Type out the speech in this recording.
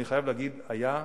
ואני חייב להגיד, השכר היה,